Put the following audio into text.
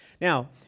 Now